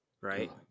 right